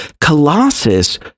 Colossus